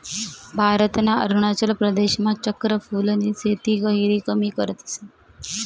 भारतना अरुणाचल प्रदेशमा चक्र फूलनी शेती गहिरी कमी करतस